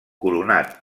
coronat